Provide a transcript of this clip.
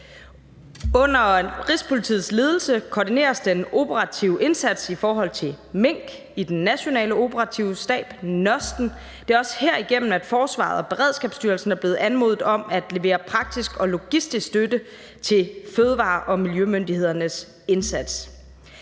Under Rigspolitiets ledelse koordineres den operative indsats i forhold til mink i den nationale operative stab, NOST'en, og det er også her igennem, at forsvaret og Beredskabsstyrelsen er blevet anmodet om at levere praktisk og logistisk støtte til fødevare- og miljømyndighedernes indsats.